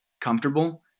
comfortable